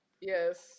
Yes